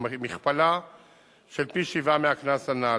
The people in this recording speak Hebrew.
או מכפלה של פי-שבעה מהקנס הנ"ל.